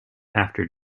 after